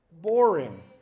Boring